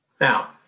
Now